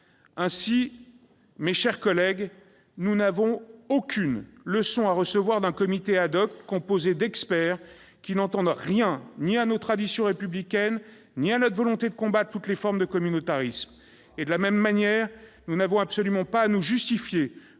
Ainsi, mes chers collègues, nous n'avons aucune leçon à recevoir d'un comité, composé d'experts qui n'entendent rien ni à nos traditions républicaines ni à notre volonté de combattre toutes les formes de communautarisme. De la même manière, nous n'avons absolument pas à nous justifier